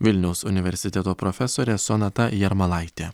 vilniaus universiteto profesorė sonata jarmalaitė